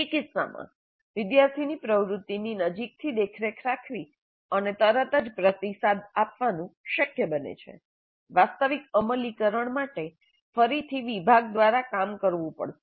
તે કિસ્સામાં વિદ્યાર્થીની પ્રવૃત્તિની નજીકથી દેખરેખ રાખવી અને તરત જ પ્રતિસાદ આપવાનું શક્ય બને છે વાસ્તવિક અમલીકરણ માટે ફરીથી વિભાગ દ્વારા કામ કરવું પડશે